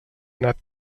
anat